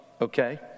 okay